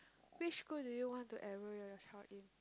which school do you want to enrol your child in